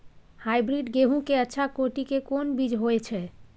Hybrid गेहूं के अच्छा कोटि के कोन बीज होय छै?